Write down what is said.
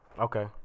Okay